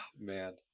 man